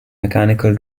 mechanical